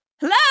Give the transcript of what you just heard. Hello